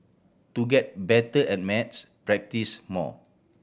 to get better at maths practise more